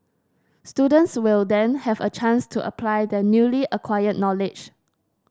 students will then have a chance to apply their newly acquired knowledge